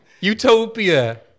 Utopia